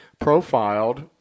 Profiled